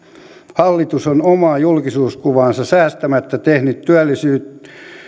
hallitus on omaa julkisuuskuvaansa säästämättä tehnyt